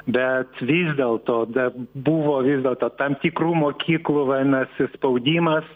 bet vis dėlto be buvo vis dėlto tam tikrų mokyklų vadinas spaudimas